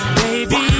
baby